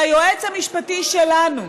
שהיועץ המשפטי שלנו,